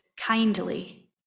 kindly